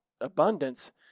abundance